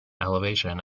elevation